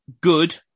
good